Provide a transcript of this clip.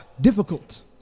difficult